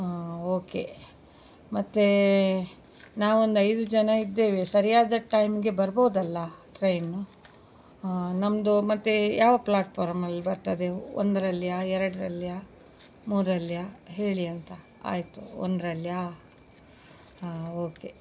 ಹಾ ಓಕೆ ಮತ್ತು ನಾವೊಂದು ಐದು ಜನ ಇದ್ದೇವೆ ಸರಿಯಾದ ಟೈಮ್ಗೆ ಬರ್ಬೋದಲ್ಲ ಟ್ರೈನು ನಮ್ಮದು ಮತ್ತು ಯಾವ ಪ್ಲಾಟ್ಪಾರ್ಮಲ್ಲಿ ಬರ್ತದೆ ಒಂದ್ರಲ್ಯ ಎರಡ್ರಲ್ಯ ಮೂರಲ್ಯ ಹೇಳಿ ಅಂತ ಆಯಿತು ಒಂದ್ರಲ್ಯಾ ಹಾಂ ಓಕೆ